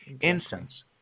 incense